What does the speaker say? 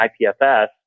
IPFS